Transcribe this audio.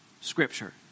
Scripture